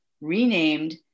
renamed